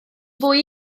fwy